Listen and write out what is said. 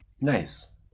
nice